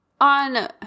on